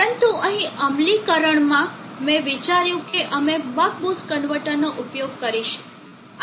પરંતુ અહીં અમલીકરણમાં મેં વિચાર્યું કે અમે બક બૂસ્ટ કન્વર્ટરનો ઉપયોગ કરીશું